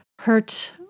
hurt